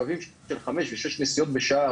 קווים של 5 או 6 נסיעות בשעה,